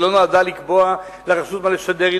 היא לא נועדה לקבוע לרשות מה לשדר.